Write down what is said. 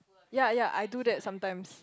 ya ya I do that sometimes